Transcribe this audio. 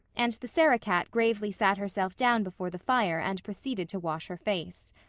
and the sarah-cat gravely sat herself down before the fire and proceeded to wash her face.